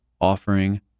offering